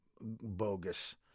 bogus